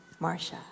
Marsha